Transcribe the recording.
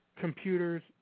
computers